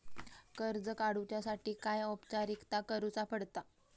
कर्ज काडुच्यासाठी काय औपचारिकता करुचा पडता?